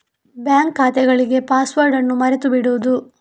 bank ಖಾತೆಗಳಿಗೆ password ಅನ್ನು ಮರೆತು ಬಿಡುವುದು